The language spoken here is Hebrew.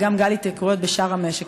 ויש גם גל בשאר המשק.